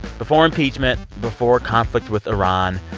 before impeachment, before conflict with iran,